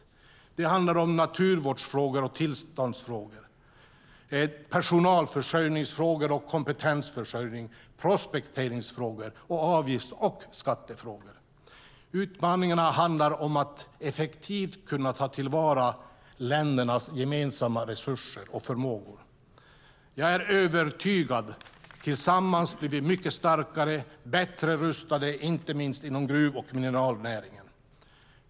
Det handlar om naturvårdsfrågor och tillståndsfrågor, personalförsörjningsfrågor, kompetensförsörjningsfrågor, prospekteringsfrågor och avgifts och skattefrågor. Utmaningen handlar om att effektivt kunna ta till vara ländernas gemensamma resurser och förmågor. Jag är övertygad om att vi tillsammans blir mycket starkare och bättre rustade inte minst inom gruv och mineralnäringen.